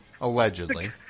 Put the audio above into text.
Allegedly